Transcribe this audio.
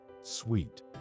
sweet